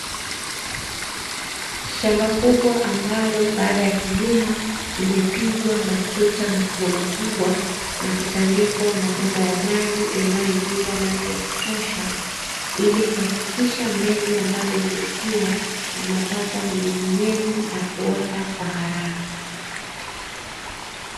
Shamba kubwa, ambalo baada ya kulimwa, limepigwa matuta makubwa makubwa na kutandikwa mabomba ya maji yanayoingiza maji ya kutosha, ili kuhakikisha mbegu ambazo zimesiwa zinapata unyevunyevu na kuota kwa haraka.